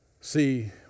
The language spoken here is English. See